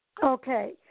Okay